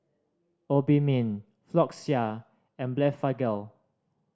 Obimin Floxia and Blephagel